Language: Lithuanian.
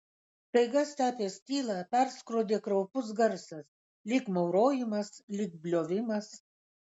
staiga stepės tylą perskrodė kraupus garsas lyg maurojimas lyg bliovimas